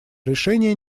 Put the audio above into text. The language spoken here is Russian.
решение